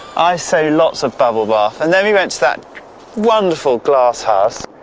i say, lots of bubble bath, and then we went to that wonderful glasshouse.